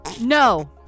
No